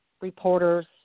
reporters